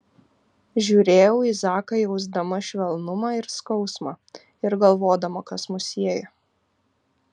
žiūrėjau į zaką jausdama švelnumą ir skausmą ir galvodama kas mus sieja